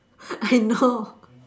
I know